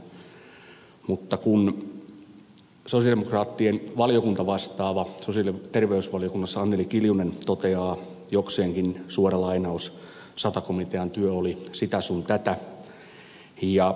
sosialidemokraattien sosiaali ja terveysvaliokunnan valiokuntavastaava anneli kiljunen toteaa jokseenkin suoraan lainaten että sata komiten työ oli sitä sun tätä ja ed